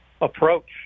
approach